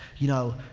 you know,